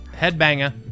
headbanger